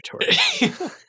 territory